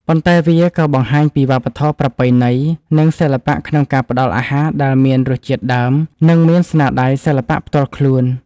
ប៉ុន្តែវាក៏បង្ហាញពីវប្បធម៌ប្រពៃណី និងសិល្បៈក្នុងការផ្ដល់អាហារដែលមានរសជាតិដើម និងមានស្នាដៃសិល្បៈផ្ទាល់ខ្លួន។